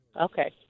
Okay